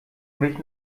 mich